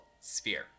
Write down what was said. sphere